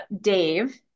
Dave